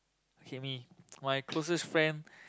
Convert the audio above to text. okay me my closest friend